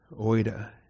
Oida